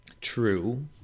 True